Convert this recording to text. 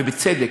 ובצדק,